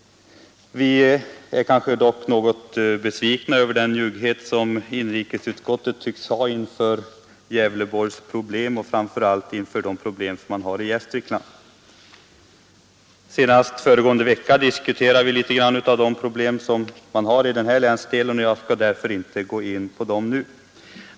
Vi är dock något besvikna över den njugghet som inrikesutskottet tycks ha inför Gävleborgs problem och framför allt inför de problem man har i Gästrikland. Senast föregående vecka diskuterade vi litet grand om de problem man har i den här länsdelen och jag skall därför inte gå in på dem nu.